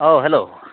औ हेलौ